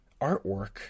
artwork